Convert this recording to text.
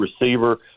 receiver